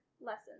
lessons